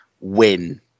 win